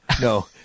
no